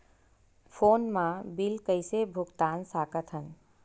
Phone मा bill कइसे भुक्तान साकत हन?